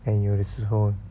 and 有的时候